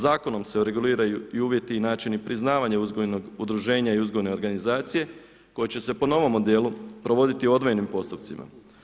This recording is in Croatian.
Zakonom se reguliraju i uvjeti i načini priznavanja uzgojnog udruženja i uzgojne organizacije, koji će se po novom modelu provoditi odvojenim postupcima.